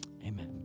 amen